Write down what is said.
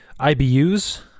IBUs